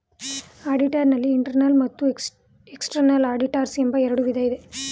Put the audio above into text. auditor ನಲ್ಲಿ internal ಮತ್ತು external auditors ಎಂಬ ಎರಡು ವಿಧ ಇದೆ